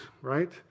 right